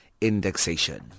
indexation